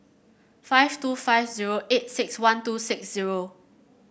five two five zero eight six one two six zero